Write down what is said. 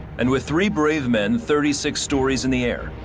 and with three brave men thirty six stories in the air,